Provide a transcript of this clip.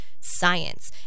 science